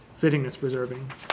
fittingness-preserving